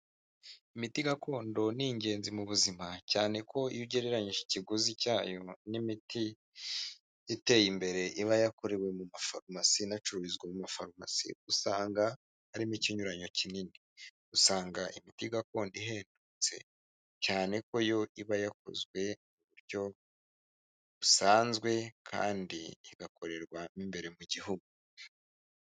Imiti gakondo ni ingenzi mu buzima, cyane ko iyo ugereranyije ikiguziyo n'imiti, iteye imbere iba yakorewe mu mafarumasi inacururizwa mu mafarumasi, usanga harimo ikinyuranyo kinini, usanga imiti gakondo ihendutse cyane ko yo iba yakozwe mu buryo busanzwe kandi igakorerwa imbere mu gihugu.